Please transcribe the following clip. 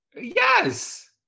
Yes